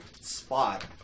spot